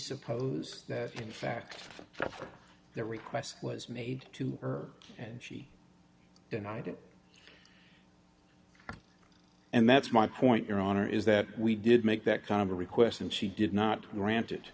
suppose that in fact that the request was made to her and she denied it and that's my point your honor is that we did make that kind of a request and she did not grant